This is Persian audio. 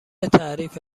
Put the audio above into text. تعریف